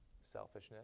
Selfishness